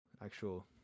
actual